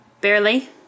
Barely